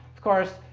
of course,